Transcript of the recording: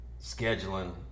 scheduling